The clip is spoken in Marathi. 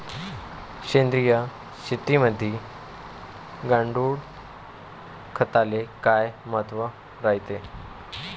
सेंद्रिय शेतीमंदी गांडूळखताले काय महत्त्व रायते?